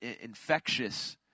infectious